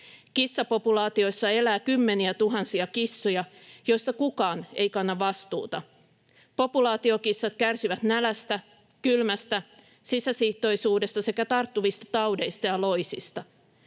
Kissapopulaatioissa elää kymmeniätuhansia kissoja, joista kukaan ei kanna vastuuta. Populaatiokissat kärsivät nälästä, kylmästä, sisäsiittoisuudesta sekä tarttuvista taudeista ja loisista.